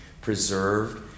preserved